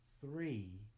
three